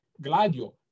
Gladio